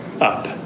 up